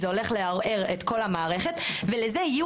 שזה הולך לערער את כל המערכת,